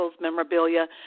memorabilia